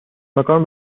مکان